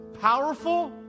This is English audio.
powerful